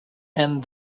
and